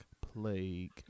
plague